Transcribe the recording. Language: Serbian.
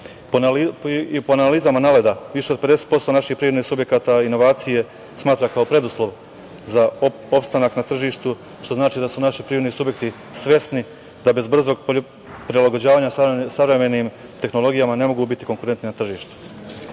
analizama NALED-a, više od 50% naših privrednih subjekata inovacije smatra kao preduslov za opstanak na tržištu, što znači da su naši privredni subjekti svesni da bez brzog prilagođavanja savremenim tehnologijama ne mogu biti konkurentni na tržištu. Budžet